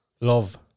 love